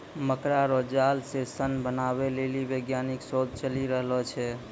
मकड़ा रो जाल से सन बनाबै लेली वैज्ञानिक शोध चली रहलो छै